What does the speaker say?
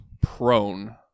prone